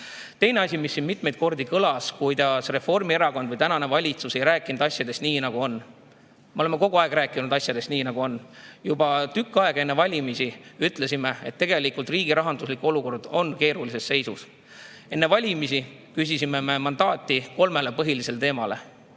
Teine asi, mis siin mitmeid kordi kõlas – kuidas Reformierakond või praegune valitsus ei rääkinud asjadest nii, nagu on. Me oleme kogu aeg rääkinud asjadest nii, nagu on. Juba tükk aega enne valimisi ütlesime, et tegelikult on riigi rahanduslik olukord keerulises seisus. Enne valimisi küsisime mandaati kolmele põhilisele teemale.